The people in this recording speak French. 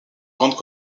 grandes